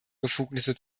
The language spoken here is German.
befugnisse